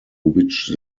which